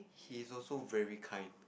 he's also very kind